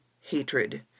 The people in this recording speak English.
hatred